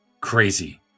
crazy